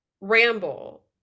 ramble